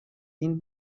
این